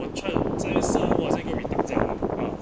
我 try to 攻讦 sir 我在跟你打架 ya ah